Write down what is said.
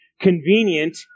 convenient